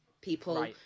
people